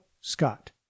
Scott